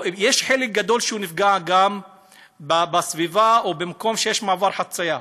חלק גדול נפגעים גם בסביבה או במקום שיש מעבר חציה.